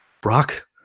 brock